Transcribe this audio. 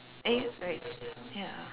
eh wait ya